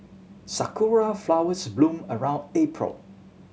sakura flowers bloom around April